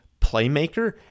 playmaker